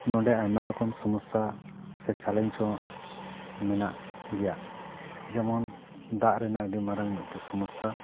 ᱱᱚᱸᱰᱮ ᱟᱭᱢᱟ ᱨᱚᱠᱚᱱ ᱥᱳᱢᱳᱥᱟ ᱥᱮ ᱪᱮᱞᱮᱧᱪ ᱦᱚᱸ ᱢᱮᱱᱟᱜ ᱜᱮᱭᱟ ᱡᱮᱢᱚᱱ ᱫᱟᱜ ᱨᱮᱱᱟᱜ ᱟᱹᱰᱤ ᱢᱟᱨᱟᱝ ᱢᱤᱫᱴᱤᱱ ᱥᱳᱢᱳᱥᱟ